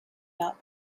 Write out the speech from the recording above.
not